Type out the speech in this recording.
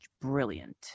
brilliant